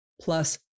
plus